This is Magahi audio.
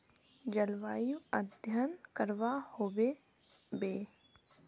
जलवायु अध्यन करवा होबे बे?